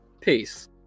Peace